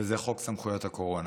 וזה חוק סמכויות הקורונה.